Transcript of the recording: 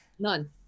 none